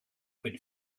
when